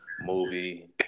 movie